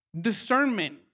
discernment